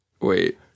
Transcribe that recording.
Wait